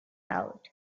out